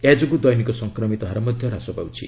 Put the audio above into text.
ଏହଯୋଗୁଁ ଦୈନିକ ସଂକ୍ରମିତ ହାର ମଧ୍ୟ ହାସ ପାଉଛି